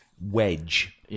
wedge